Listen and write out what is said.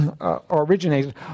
originated